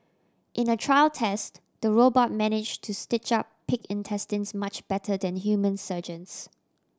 in a trial test the robot managed to stitch up pig intestines much better than human surgeons